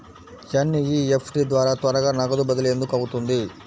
NEFT ద్వారా త్వరగా నగదు బదిలీ ఎందుకు అవుతుంది?